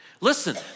Listen